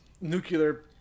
nuclear